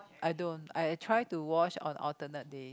I don't I try to wash on alternate day